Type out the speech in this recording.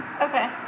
Okay